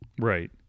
Right